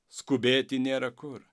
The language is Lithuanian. skubėti nėra kur